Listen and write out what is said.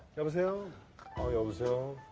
zero ah ah zero